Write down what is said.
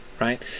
right